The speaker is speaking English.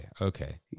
Okay